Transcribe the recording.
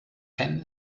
penh